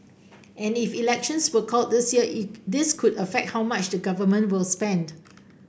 and if elections were called this year it this could affect how much the Government will spend